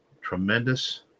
tremendous